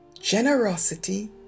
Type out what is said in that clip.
generosity